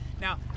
Now